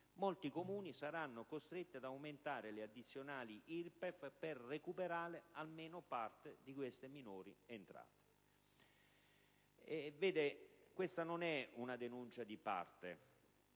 molti Comuni saranno costretti ad aumentare le addizionali IRPEF per recuperare almeno parte delle minori entrate. Questa non è una denuncia di parte.